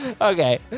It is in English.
Okay